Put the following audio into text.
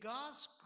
God's